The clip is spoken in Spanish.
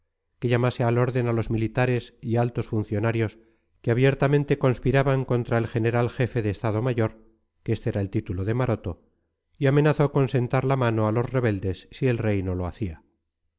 que llamase al orden a los militares y altos funcionarios que abiertamente conspiraban contra el general jefe de estado mayor que este era el título de maroto y amenazó con sentar la mano a los rebeldes si el rey no lo hacía